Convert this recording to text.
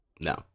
No